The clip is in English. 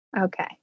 Okay